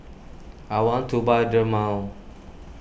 I want to buy Dermale